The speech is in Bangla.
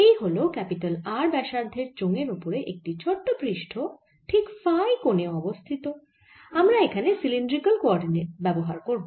এই হল R ব্যাসার্ধের চোঙের ওপরে একটি ছোট পৃষ্ঠ ঠিক ফাই কোণে অবস্থিত আমরা এখানে সিলিন্ড্রিকাল কোঅরডিনেট ব্যবহার করব